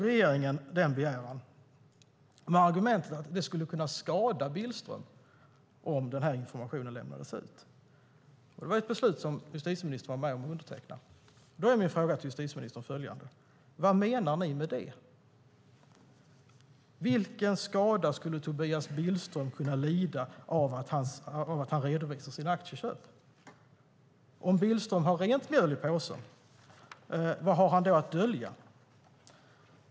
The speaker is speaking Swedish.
Regeringen avslog begäran med argumentet att det skulle kunna skada Billström om informationen lämnades ut. Justitieministern var med och undertecknade det beslutet. Min fråga till justitieministern är: Vad menar ni med det? Vilken skada skulle Tobias Billström kunna lida av att han redovisar sina aktieköp? Om Billström har rent mjöl i påsen, vad har han i så fall att dölja?